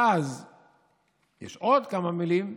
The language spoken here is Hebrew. ואז יש עוד כמה מילים.